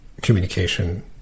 communication